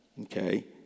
Okay